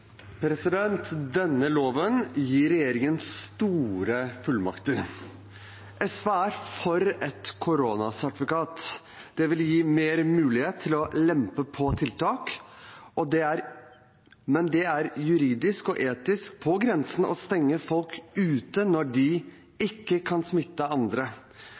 for et koronasertifikat. Det vil gi mer mulighet til å lempe på tiltak, men det er juridisk og etisk på grensen å stenge folk ute når de ikke kan smitte andre